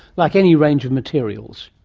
like any range of materials.